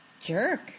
jerk